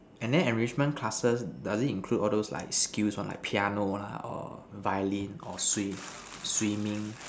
and then enrichment classes does it include all those like skills one like piano lah or violin swim swimming